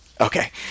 Okay